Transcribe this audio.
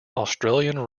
australian